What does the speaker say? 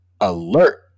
alert